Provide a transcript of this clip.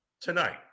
tonight